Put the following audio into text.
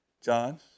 John